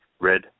Red